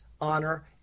honor